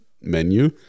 menu